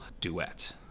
duet